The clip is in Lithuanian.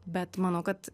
bet manau kad